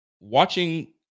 watching